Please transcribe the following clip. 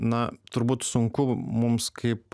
na turbūt sunku mums kaip